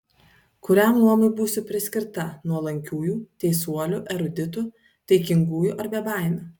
kuriam luomui būsiu priskirta nuolankiųjų teisuolių eruditų taikingųjų ar bebaimių